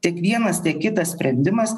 tik vienas kitas sprendimas